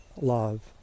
love